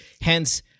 hence